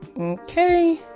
Okay